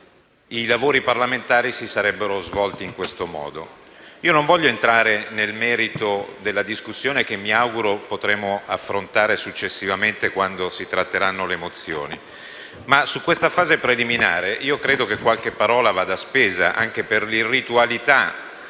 i lavori parlamentari si sarebbero svolti in siffatto modo. E non voglio entrare nel merito della discussione, che mi auguro potremo affrontare successivamente quando si tratteranno le mozioni. In questa fase preliminare, però, credo che qualche parola vada spesa anche per l'irritualità